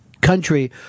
country